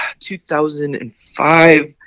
2005